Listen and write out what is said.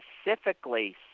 specifically